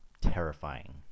terrifying